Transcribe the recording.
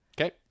okay